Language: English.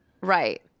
Right